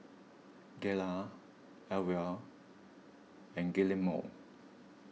Gayla Elvia and Guillermo